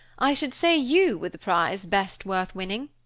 i should say you were the prize best worth winning,